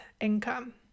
income